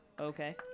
Okay